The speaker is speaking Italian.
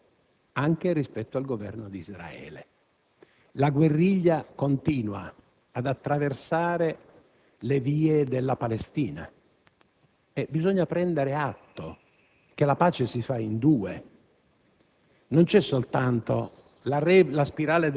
che fosse un interlocutore serio anche rispetto al Governo di Israele. La guerriglia continua ad attraversare le vie della Palestina e bisogna prendere atto che la pace si fa in due.